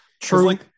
True